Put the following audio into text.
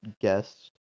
guest